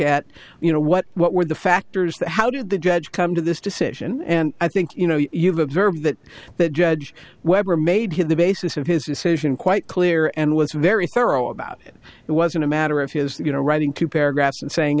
at you know what what were the factors to how did the judge come to this decision and i think you know you've observed that that judge webber made him the basis of his decision quite clear and was very thorough about it it wasn't a matter of his that you know writing two paragraphs and saying